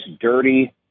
dirty